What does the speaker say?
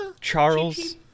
Charles